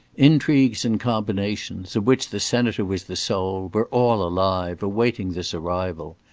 intrigues and combinations, of which the senator was the soul, were all alive, awaiting this arrival.